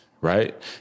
right